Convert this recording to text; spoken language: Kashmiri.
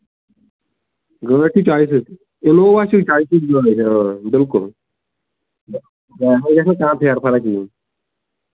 گٲڑۍ چھِ چۅیِسٕچ اِنووا چھِنہٕ چۅسٕچ بِلکُل آ امہِ کھۅتہٕ گژھِ نہٕ کٲنٛہہ پھیرٕ فرق کِہیٖنٛۍ